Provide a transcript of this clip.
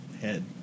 head